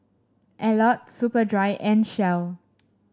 Alcott Superdry and Shell